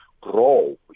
grow